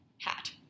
hat